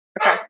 Okay